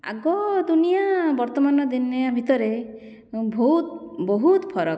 ଆଗ ଦୁନିଆ ବର୍ତ୍ତମାନ ଦୁନିଆ ଭିତରେ ଭହୁତ ବହୁତ ଫରକ୍